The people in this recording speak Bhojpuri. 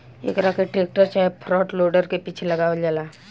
एकरा के टेक्टर चाहे फ्रंट लोडर के पीछे लगावल जाला